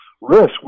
risk